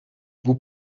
vous